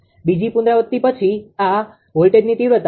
બીજી પુનરાવૃતિ પછી આ વોલ્ટેજની તીવ્રતા છે